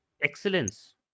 excellence